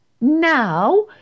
Now